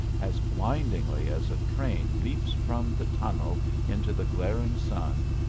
as blindingly as a train leaps from the tunnel into the glaring sun,